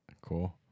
Cool